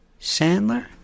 Sandler